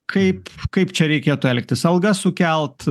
kaip kaip čia reikėtų elgtis algas sukelti